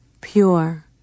pure